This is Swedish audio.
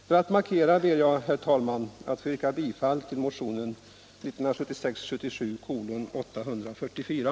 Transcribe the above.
För att markera detta ber jag, herr talman, att få yrka bifall till motionen Nr 111